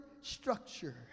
structure